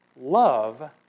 love